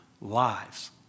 lives